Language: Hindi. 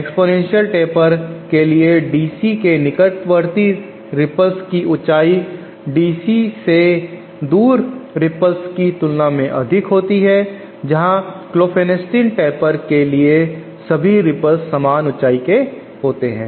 एक्स्पोनेंशियल टेपर के लिए डीसी DC के निकटवर्ती रिपल्स की ऊंचाई डीसी DC से दूर रिपल्स की तुलना में अधिक होती है जहां क्लोफेनेस्टीन टेपर के लिए सभी रिपल्स समान ऊंचाई के होते हैं